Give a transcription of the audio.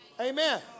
Amen